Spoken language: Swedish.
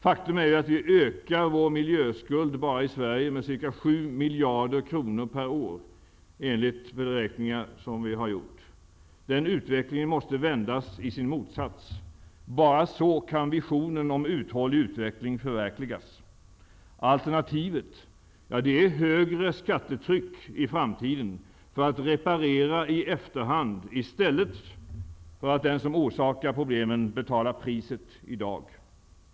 Faktum är att vi bara i Sverige ökar vår miljöskuld med ca 7 miljarder kronor per år, enligt beräkningar som vi har gjort. Den utvecklingen måste vändas isin motsats. Bara så kan visionen om uthållig utveckling förverkligas. Alter nativet är högre skattetryck i framtiden för att reparera i efterhand, i stället för att låta den som orsakar problemen betala priset i dag.